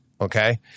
Okay